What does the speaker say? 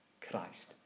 Christ